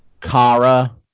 Kara